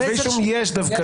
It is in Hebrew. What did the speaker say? כתבי אישום דווקא יש.